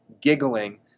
giggling